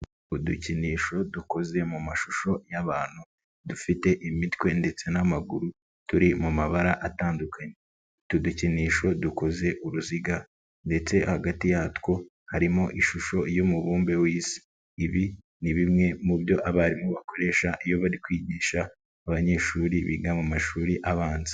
Udukinisho dukoze mu mashusho y'abantu dufite imitwe ndetse n'amaguru turi mu mabara atandukanye, utu dukinisho dukoze uruziga ndetse hagati yatwo harimo ishusho y'umubumbe w'isi, ibi ni bimwe mu byo abarimu bakoresha iyo bari kwigisha abanyeshuri biga mu mashuri abanza.